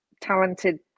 talented